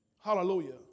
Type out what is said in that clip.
Hallelujah